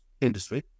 industry